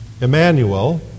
Emmanuel